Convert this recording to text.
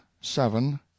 seven